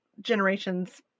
generation's